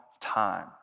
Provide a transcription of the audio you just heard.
time